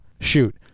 shoot